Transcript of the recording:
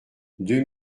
deux